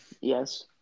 Yes